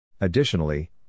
Additionally